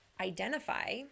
identify